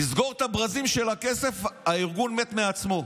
תסגור את הברזים של הכסף, הארגון מת מעצמו.